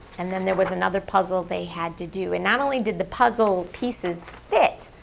and then there was another puzzle they had to do. and not only did the puzzle pieces fit,